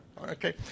okay